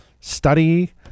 study